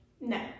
No